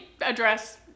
address